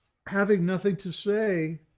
having nothing to say,